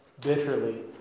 bitterly